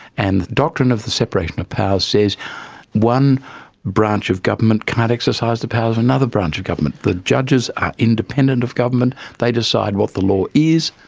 and the doctrine of the separation of powers says one branch of government can't exercise the powers of another branch of government. the judges are independent of government, they decide what the law is.